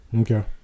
okay